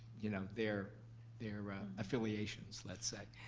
you know, their their affiliations, let's say.